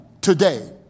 today